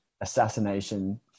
assassination